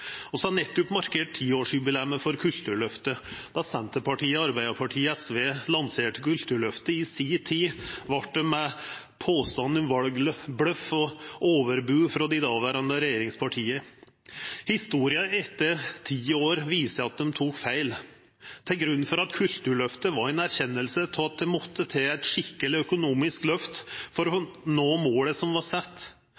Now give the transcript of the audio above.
har nettopp markert tiårsjubileet for Kulturløftet. Da Senterpartiet, Arbeidarpartiet og SV lanserte Kulturløftet i si tid, var det under påstand om valbløff og overbod frå dei daverande regjeringspartia. Historia etter ti år viser at dei tok feil. Til grunn for Kulturløftet låg ei erkjenning av at det måtte eit skikkeleg økonomisk løft til for å